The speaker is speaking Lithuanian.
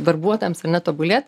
darbuotojams ar ne tobulėt